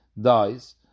dies